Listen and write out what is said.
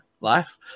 life